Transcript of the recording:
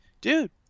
dude